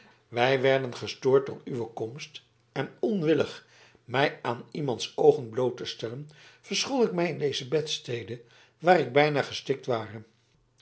wij werden gestoord door uwe komst en onwillig mij aan iemands oogen bloot te stellen verschool ik mij in deze bedstede waar ik bijna gestikt ware